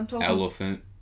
elephant